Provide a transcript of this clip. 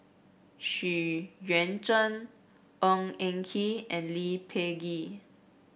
Xu Yuan Zhen Ng Eng Kee and Lee Peh Gee